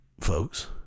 folks